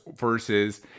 versus